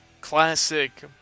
classic